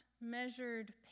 measured